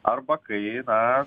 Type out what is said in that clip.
arba kai na